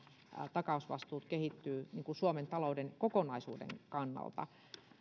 takausvastuut kehittyvät suomen talouden kokonaisuuden kannalta